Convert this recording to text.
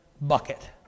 bucket